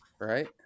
right